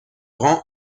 rend